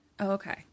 okay